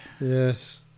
Yes